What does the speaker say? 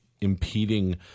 impeding